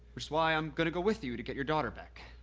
is why i'm gonna go with you to get your daughter back